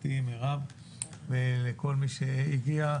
לחברתי מירב ולכל מי שהגיע,